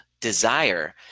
desire